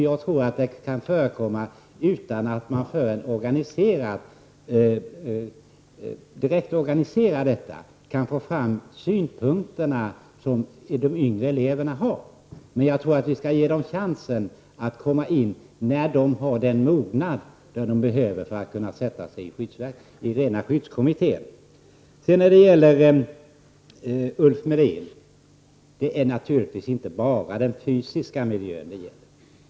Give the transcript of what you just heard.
Jag tror att vi utan att direkt behöva organisera det kan få fram synpunkter från de yngre eleverna. Jag tycker att vi skall ge dem chansen att komma med när de fått den mognad som behövs för att kunna sitta i skyddskommittéer. Till Ulf Melin: Det är naturligtvis inte bara den fysiska miljön det gäller.